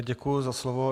Děkuji za slovo.